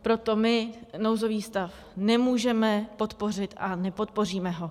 Proto my nouzový stav nemůžeme podpořit a nepodpoříme ho.